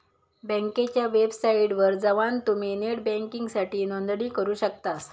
बँकेच्या वेबसाइटवर जवान तुम्ही नेट बँकिंगसाठी नोंदणी करू शकतास